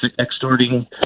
extorting